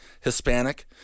Hispanic